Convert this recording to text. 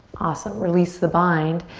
awesome, release the bind.